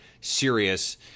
serious